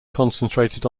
concentrated